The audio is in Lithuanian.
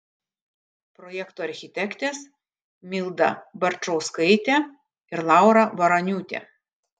projekto architektės milda barčauskaitė ir laura varaniūtė